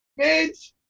Bitch